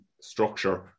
structure